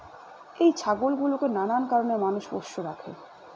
এই ছাগল গুলোকে নানান কারণে মানুষ পোষ্য রাখে